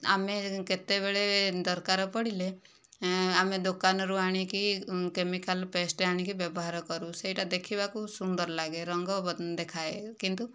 ଆମେ କେତେବେଳେ ଦରକାର ପଡ଼ିଲେ ଆମେ ଦୋକାନରୁ ଆଣିକି କେମିକାଲ ପେଷ୍ଟ ଆଣିକି ବ୍ୟବହାର କରୁ ସେହିଟା ଦେଖିବାକୁ ସୁନ୍ଦର ଲାଗେ ରଙ୍ଗ ଦେଖାଏ କିନ୍ତୁ